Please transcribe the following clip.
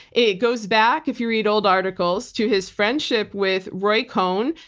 it goes back, if you read old articles to his friendship with roy cohn,